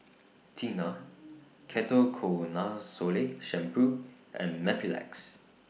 Tena Ketoconazole Shampoo and Mepilex